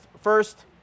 First